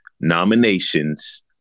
Nominations